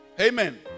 Amen